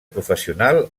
professional